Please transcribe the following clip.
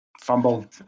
Fumble